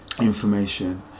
information